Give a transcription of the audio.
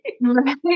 Right